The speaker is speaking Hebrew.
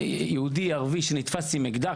יהודי, ערבי, שנתפס עם אקדח?